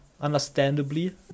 understandably